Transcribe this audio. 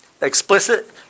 Explicit